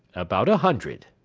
about a hundred.